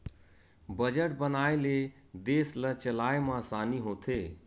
budget बनाए ले देस ल चलाए म असानी होथे